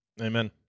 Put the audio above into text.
amen